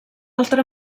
altra